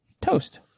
Toast